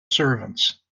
servants